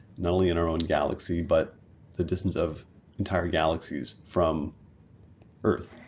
not only in our own galaxy, but the distance of entire galaxies from earth.